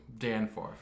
Danforth